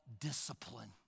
discipline